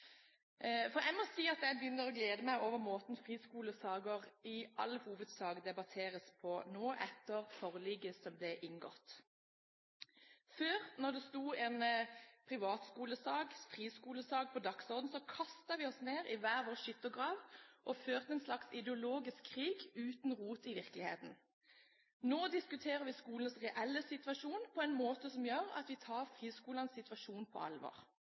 Jeg må si at jeg begynner å glede meg over måten friskolesaker i all hovedsak debatteres på nå, etter forliket som ble inngått. Før når det sto en privatskolesak, friskolesak, på dagsordenen, kastet vi oss ned i hver vår skyttergrav og førte en slags ideologisk krig uten rot i virkeligheten. Nå diskuterer vi skolenes reelle situasjon på en måte som gjør at vi tar friskolenes situasjon på alvor.